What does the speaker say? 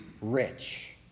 rich